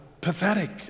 pathetic